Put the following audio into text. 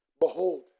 Behold